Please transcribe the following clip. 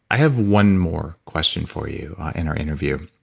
i have one more question for you in our interview,